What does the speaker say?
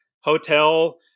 hotel